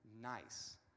nice